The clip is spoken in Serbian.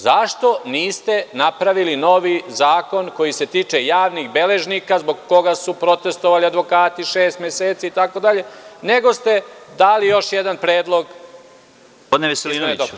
Zašto niste napravili novi zakon koji se tiče javnih beležnika zbog koga su protestvovali advokati šest meseci, nego ste dali još jedan predlog izmena i dopuna?